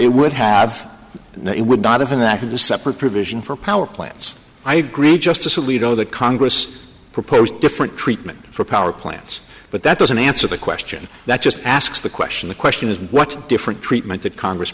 of the separate provision for power plants i agree justice alito the congress proposed different treatment for power plants but that doesn't answer the question that just asks the question the question is what different treatment that congress